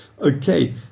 Okay